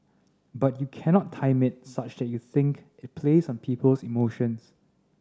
but you cannot time it such that you think it plays on people's emotions